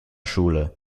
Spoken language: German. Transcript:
schule